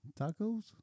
tacos